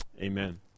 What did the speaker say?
Amen